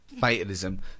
Fatalism